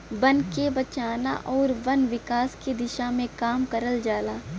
बन के बचाना आउर वन विकास के दिशा में काम करल जाला